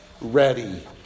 ready